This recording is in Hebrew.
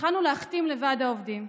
התחלנו להחתים לוועד העובדים,